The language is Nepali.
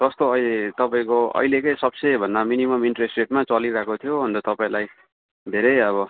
सस्तो यही तपाईँको अहिले चाहिँ सबसे भन्दा मिनिमम इन्ट्रेस्ट रेटमा चलिरहेको थियो अन्त तपाईँलाई धेरै अब